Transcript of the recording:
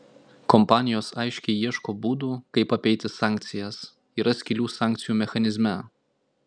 kompanijos aiškiai ieško būdų kaip apeiti sankcijas yra skylių sankcijų mechanizme